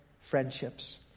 friendships